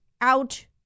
out